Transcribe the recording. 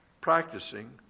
practicing